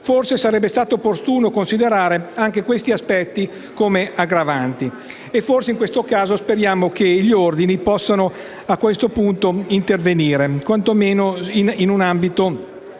Forse sarebbe stato opportuno considerare anche questi comportamenti come aggravanti e forse in questo caso speriamo che gli ordini professionali possano intervenire, quanto meno in un ambito